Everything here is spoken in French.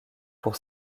pour